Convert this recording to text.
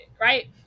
right